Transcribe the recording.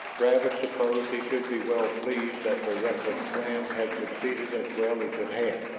travis supposed he should be well pleased that their reckless plan had succeeded as well as it had.